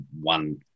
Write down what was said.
one